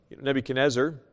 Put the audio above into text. Nebuchadnezzar